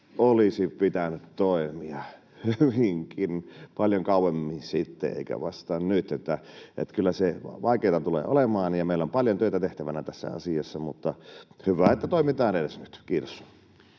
olisi pitänyt toimia hyvinkin paljon aikaisemmin eikä vasta nyt, niin että kyllä se vaikeata tulee olemaan ja meillä on paljon töitä tehtävänä tässä asiassa. Mutta on hyvä, että toimitaan edes nyt. — Kiitos.